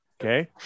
Okay